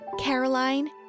Caroline